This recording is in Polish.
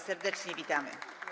Serdecznie witamy.